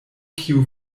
kiu